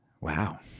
Wow